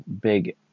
big